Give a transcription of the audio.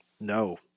No